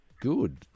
good